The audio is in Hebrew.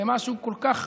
למשהו כל כך